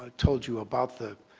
ah told you about the